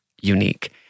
unique